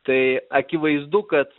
tai akivaizdu kad